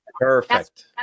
Perfect